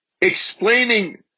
explaining